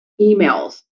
emails